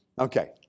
Okay